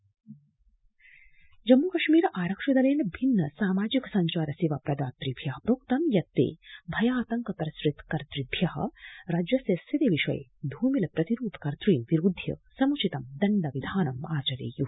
जम्मूकश्मीर जम्मूकश्मीर आरक्षिदलेन भिन्न सामाजिक सञ्चार सेवा प्रदातृभ्य प्रोक्तं यत् ते भयातंक प्रसृत कर्तृभ्य राज्यस्य स्थिति विषये धूमिल प्रतिरूप कर्तन् विरूद्वय समुचितं दण्डविधानमाचयेय्